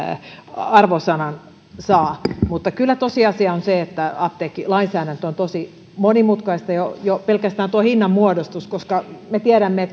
arvosanan mutta kyllä tosiasia on se että apteekkilainsäädäntö on tosi monimutkaista jo pelkästään tuo hinnanmuodostus mehän tiedämme